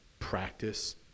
practice